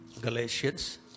Galatians